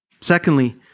Secondly